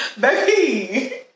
Baby